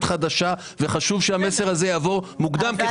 חדשה וחשוב שהמסר הזה יעבור מוקדם ככל האפשר.